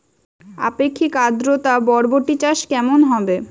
আপেক্ষিক আদ্রতা বরবটি চাষ কেমন হবে?